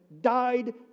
died